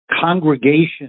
congregation